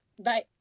Bye